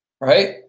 right